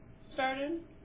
started